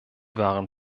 waren